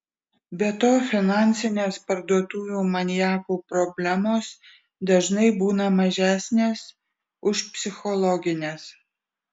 be to finansinės parduotuvių maniakų problemos dažnai būna mažesnės už psichologines